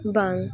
ᱵᱟᱝ